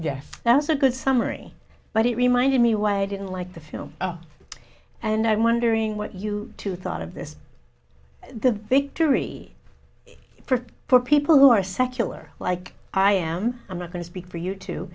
yes that's a good summary but it reminded me why i didn't like the film and i'm wondering what you two thought of this the victory for for people who are secular like i am i'm not going to speak for you